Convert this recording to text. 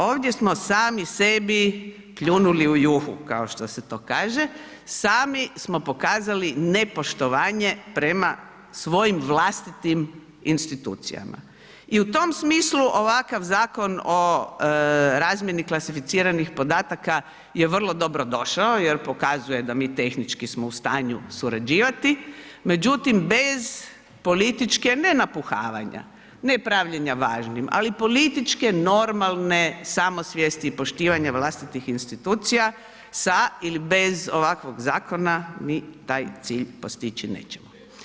Ovdje smo sami sebi pljunuli u juhu, kao što se to kaže, sami smo pokazali nepoštovanje prema svojim vlastitim institucijama i u tom smislu ovakav zakon o razmjeni klasificiranih podataka je vrlo dobrodošao jer pokazuje da mi tehnički smo u stanju surađivati, međutim bez političke, ne napuhavanja, ne pravljenja važnim, ali političke normalne samosvijesti i poštivanja vlastitih institucija sa ili bez ovakvog zakona mi taj cilj postići nećemo.